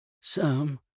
Some